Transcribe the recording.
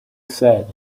said